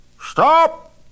Stop